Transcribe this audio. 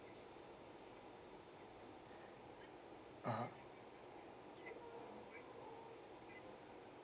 (uh huh)